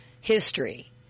history